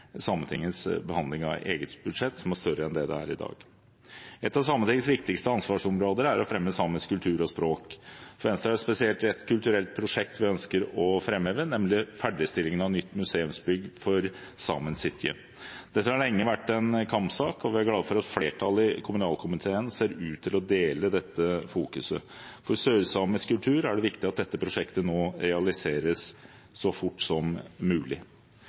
dag. Et av Sametingets viktigste ansvarsområder er å fremme samisk kultur og språk. For Venstre er det spesielt ett kulturelt prosjekt vi ønsker å framheve, nemlig ferdigstillingen av nytt museumsbygg for Saemien Sijte. Dette har lenge vært en kampsak, og vi er glad for at flertallet i kommunalkomiteen ser ut til å dele dette fokuset. For sørsamisk kultur er det viktig at dette prosjektet realiseres så fort som mulig.